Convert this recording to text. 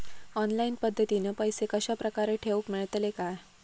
Online पद्धतीन पैसे कश्या प्रकारे ठेऊक मेळतले काय?